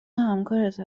همکارت